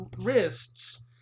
wrists